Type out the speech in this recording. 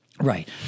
Right